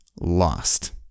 lost